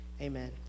Amen